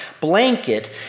blanket